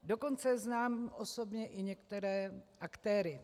Dokonce znám osobně i některé aktéry.